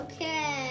Okay